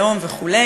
לאום וכו',